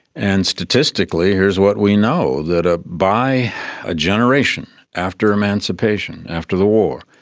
and statistically here's what we know, that ah by a generation after emancipation, after the war,